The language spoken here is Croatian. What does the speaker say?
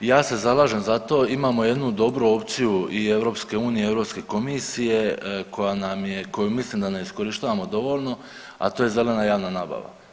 Ja se zalažem za to, imamo jednu dobru opciju i EU i EU komisije koja nam je, koju mislim da ne iskorištavamo dovoljno, a to je zelena javna nabava.